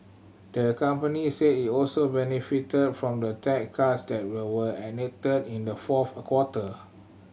the company said it also benefited from the tax cuts that will were enacted in the fourth quarter